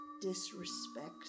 disrespect